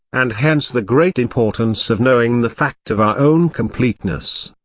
and hence the great importance of knowing the fact of our own completeness.